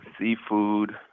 seafood